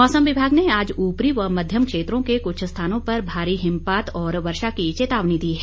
मौसम विभाग ने आज ऊपरी व मध्यम क्षेत्रों के कुछ स्थानों पर भारी हिमपात और वर्षा की चेतावनी दी है